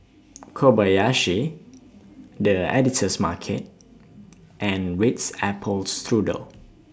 Kobayashi The Editor's Market and Ritz Apple Strudel